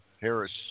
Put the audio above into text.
Harris